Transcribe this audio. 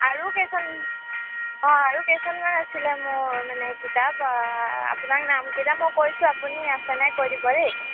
আৰু কেইখন অঁ আৰু কেইখনমান আছিলে মোৰ মানে কিতাপ আপোনাক নামকেইটা মই কৈছোঁ আপুনি আছে নাই কৈ দিব দেই